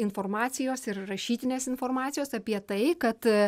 informacijos ir rašytinės informacijos apie tai kad